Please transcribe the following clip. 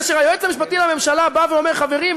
כאשר היועץ המשפטי לממשלה בא ואומר: חברים,